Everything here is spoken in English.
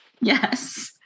Yes